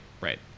right